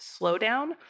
slowdown